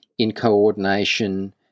incoordination